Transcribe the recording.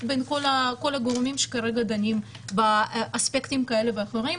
בין כל הגורמים שכרגע דנים באספקטים כאלה ואחרים.